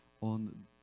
on